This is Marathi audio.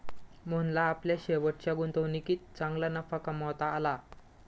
मोहनला आपल्या शेवटच्या गुंतवणुकीत चांगला नफा कमावता आला